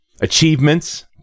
achievements